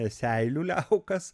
seilių liaukas